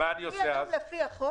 אני היום לפי החוק